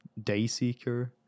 Dayseeker